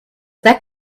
that